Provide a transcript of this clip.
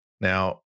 Now